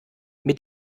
mit